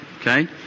Okay